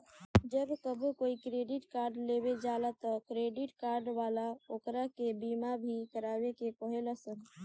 जब कबो कोई क्रेडिट कार्ड लेवे जाला त क्रेडिट कार्ड वाला ओकरा के बीमा भी करावे के कहे लसन